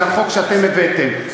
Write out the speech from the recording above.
זה החוק שאתם הבאתם.